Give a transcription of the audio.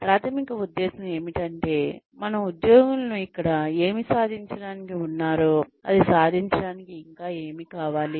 ప్రాధమిక ఉద్దేశ్యం ఏమిటంటే మన ఉద్యోగులకు ఇక్కడ ఏమి సాధించటానికి ఉన్నారో అది సాధించడానికి ఇంకా ఏమి కావాలి